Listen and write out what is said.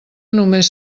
només